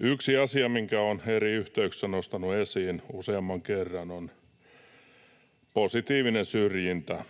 Yksi asia, minkä olen eri yhteyksissä nostanut esiin useamman kerran, on positiivinen syrjintä